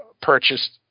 purchased